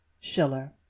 Schiller